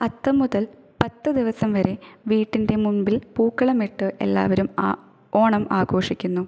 അത്തം മുതൽ പത്തു ദിവസം വരെ വീട്ടിൻ്റെ മുൻപിൽ പൂക്കളം ഇട്ട് എല്ലാവരും ആ ഓണം ആഘോഷിക്കുന്നു